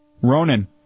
Ronan